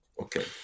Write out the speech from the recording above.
Okay